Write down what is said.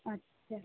अच्छा